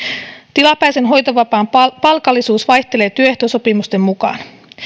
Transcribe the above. tilapäisen hoitovapaan palkallisuus vaihtelee työehtosopimusten mukaan